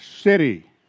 city